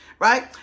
right